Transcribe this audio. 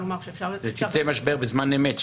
צוותי משבר בזמן אמת,